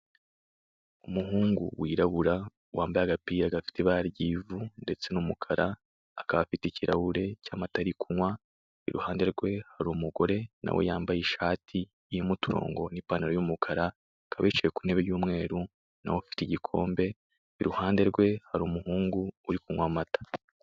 Umuhungu wirabura wambaye agapira gafite ibara ry'ivu ndetse n'umukara akaba afite ikirahure cy'amata ari kunywa iruhande rwe hari umugore nawe yambaye ishati irimo uturongo n'ipantalo y'umukara akaba yicaye ku ntebe y'umweru nawe afite igikombe iruhande rwe hari umuhungu uri kunywa amata.